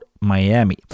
Miami